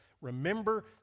Remember